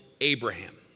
Abraham